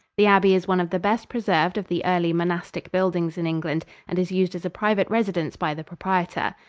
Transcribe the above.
the abbey is one of the best preserved of the early monastic buildings in england, and is used as a private residence by the proprietor.